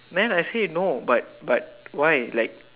then I say no but but why like